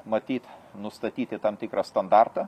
matyt nustatyti tam tikrą standartą